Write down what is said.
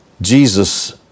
Jesus